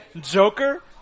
Joker